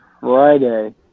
Friday